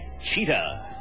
Cheetah